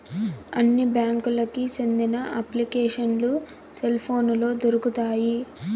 అన్ని బ్యాంకులకి సెందిన అప్లికేషన్లు సెల్ పోనులో దొరుకుతాయి